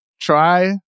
try